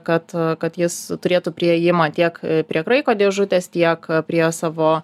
kad kad jis turėtų priėjimą tiek prie kraiko dėžutės tiek prie savo